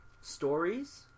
stories